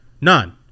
None